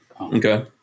okay